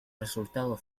resultados